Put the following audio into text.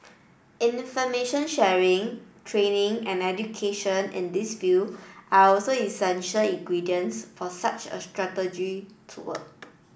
information sharing training and education in this field are also essential ingredients for such a strategy to work